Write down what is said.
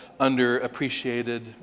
underappreciated